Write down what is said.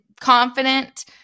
confident